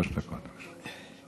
שלוש דקות, בבקשה.